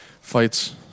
fights